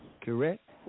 correct